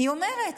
היא אומרת: